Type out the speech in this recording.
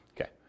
Okay